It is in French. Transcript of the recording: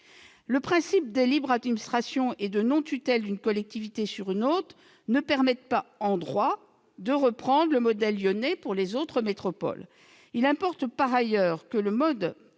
Les principes de libre administration et de non-tutelle d'une collectivité sur une autre ne permettent pas, en droit, de reprendre le modèle lyonnais pour les autres métropoles. Il importe par ailleurs que le mode électoral